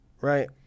right